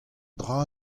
dra